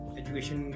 education